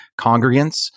congregants